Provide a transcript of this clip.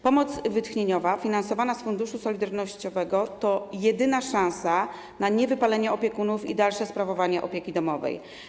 Pomoc wytchnieniowa finansowana z Funduszu Solidarnościowego to jedyna szansa na niewypalenie się opiekunów i dalsze sprawowanie opieki domowej.